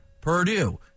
Purdue